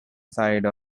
side